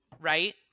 right